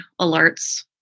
alerts